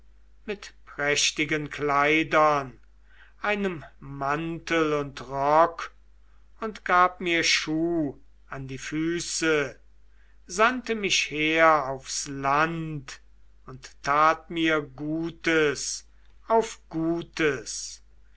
mit prächtigen kleidern einem mantel und rock und gab mir schuh an die füße sandte mich her aufs land und tat mir gutes auf gutes